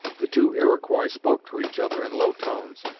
the two iroquois spoke to each other in low tones,